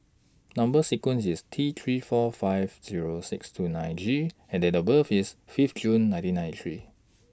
Number sequence IS T three four five Zero six two nine G and Date of birth IS Fifth June nineteen ninety three